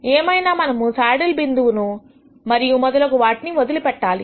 ఏమైనా మనము సాడిల్ బిందువులను మరియు మొదలగు వాటిని వదిలిపెట్టాలి